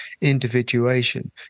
individuation